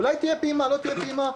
אולי תהיה פעימה או לא תהיה פעימה.